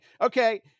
okay